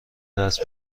درس